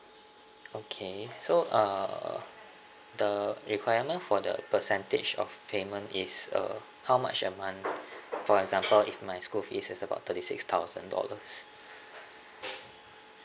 okay so uh the requirement for the percentage of payment is uh how much a month for example if my school fees is about thirty six thousand dollars